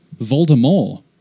Voldemort